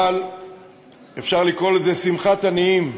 אבל אפשר לקרוא לזה שמחת עניים.